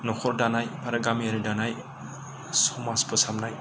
न'खर दानाय आरो गामियारि दानाय समाज फोसाबनाय